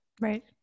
Right